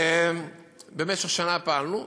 במשך שנה פעלו,